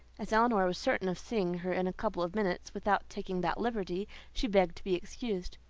as elinor was certain of seeing her in a couple of minutes, without taking that liberty, she begged to be excused.